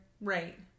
Right